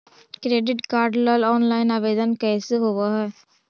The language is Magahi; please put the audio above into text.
क्रेडिट कार्ड ल औनलाइन आवेदन कैसे होब है?